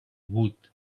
wood